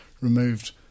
removed